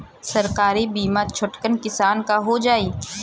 सरकारी बीमा छोटकन किसान क हो जाई?